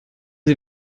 sie